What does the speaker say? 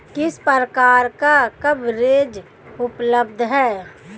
किस प्रकार का कवरेज उपलब्ध है?